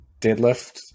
deadlift